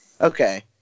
Okay